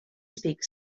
speak